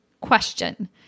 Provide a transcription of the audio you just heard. question